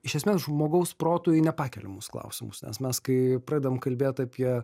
iš esmės žmogaus protui nepakeliamus klausimus nes mes kai pradedam kalbėt apie